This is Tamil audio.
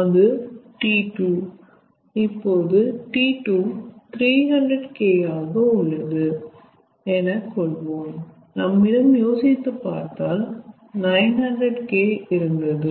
அது T2 இப்போது T2 300K ஆக உள்ளது என கொள்வோம் நம்மிடம் யோசித்து பார்த்தால் 900K இருந்தது